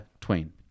twain